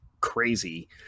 crazy